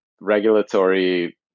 regulatory